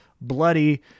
bloody